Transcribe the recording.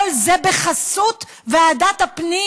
כל זה בחסות ועדת הפנים.